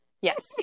yes